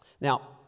Now